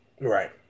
Right